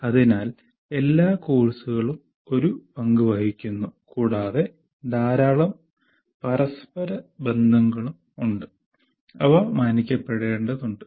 അതിനാൽ എല്ലാ കോഴ്സുകളും ഒരു പങ്ക് വഹിക്കുന്നു കൂടാതെ ധാരാളം പരസ്പര ബന്ധങ്ങളുണ്ട് അവ മാനിക്കപ്പെടേണ്ടതുണ്ട്